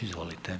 Izvolite.